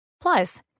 Plus